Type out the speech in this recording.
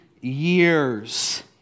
years